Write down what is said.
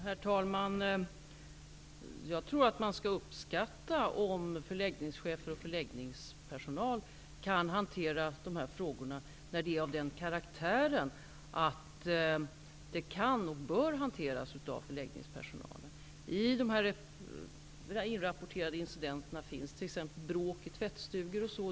Herr talman! Jag tror att man skall uppskatta att förläggningschefer och förläggningspersonal kan hantera dessa frågor, när de är av den karaktären att de kan och bör hanteras av förläggningspersonal. Bland de inrapporterade incidenterna finns t.ex. bråk i tvättstugor.